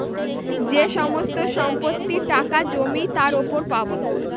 যে সমস্ত সম্পত্তি, টাকা, জমি তার উপর পাবো